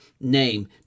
name